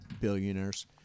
billionaires